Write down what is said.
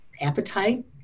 Appetite